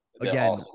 again